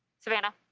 savannah?